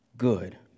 good